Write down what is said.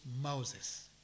Moses